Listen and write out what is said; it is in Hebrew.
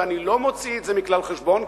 ואני לא מוציא את זה מכלל חשבון,